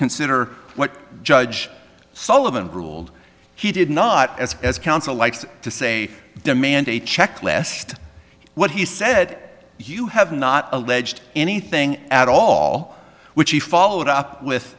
consider what judge sullivan ruled he did not as as counsel likes to say demand a check list what he said you have not alleged anything at all which he followed up with